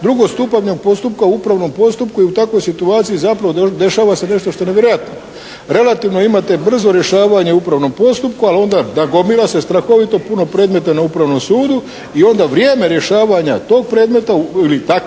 drugostupanjskog postupka u upravnom postupku. I u takvoj situaciji zapravo dešava se nešto što je nevjerojatno. Relativno imate brzo rješavanje u upravnom postupku. Ali onda da, gomila se strahovito puno predmeta na Upravnom sudu. I onda vrijeme rješavanja tog predmeta ili takvih